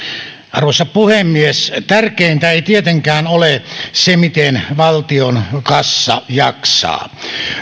arvoisa puhemies tärkeintä ei tietenkään ole se miten valtion kassa jaksaa